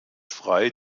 frei